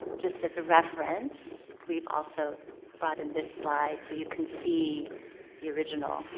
just as a reference, we've also brought in this slide so you can see the original